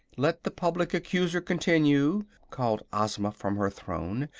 let the public accuser continue, called ozma from her throne,